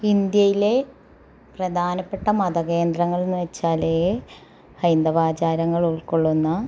ഇന്ത്യയിലെ പ്രധാനപ്പെട്ട മത കേന്ദ്രങ്ങൾ എന്ന് വച്ചാൽ ഹൈന്ദവാചാരങ്ങൾ ഉൾക്കൊള്ളുന്ന